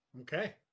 Okay